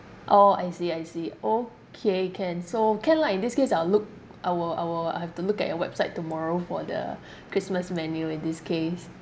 orh I see I see okay can so can lah in this case I will look I will I will I have to look at your website tomorrow for the christmas menu in this case